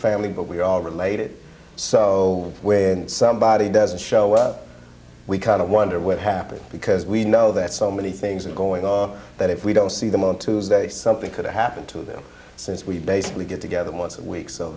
family but we're all related so when somebody doesn't show up we kind of wonder what happened because we know that so many things are going on that if we don't see them on tuesday something could happen to them since we basically get together once a week so